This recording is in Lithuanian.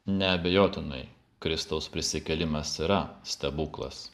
neabejotinai kristaus prisikėlimas yra stebuklas